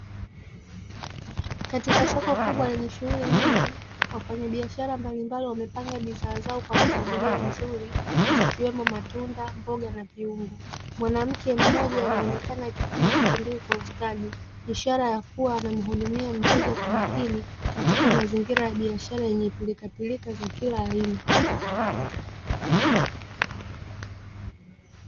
Katika soko kubwa lenye shughuli nyingi wafanyabiashara mbalimbali wamepanga bidhaa zao kwa mpangilio mzuri zikiwemo matunda, mboga na viungo. Mwanamke mmoja anaonekana akipima vitunguu kwa ustadi ishara ya kuwa anamhurumia mteja kwa makini katika mazingira ya biashara yenye pilikapilika za kila aina.